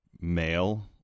male